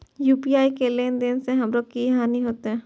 UPI ने लेने से हमरो की हानि होते?